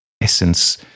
essence